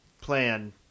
plan